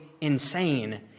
insane